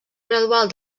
gradual